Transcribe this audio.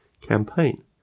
campaign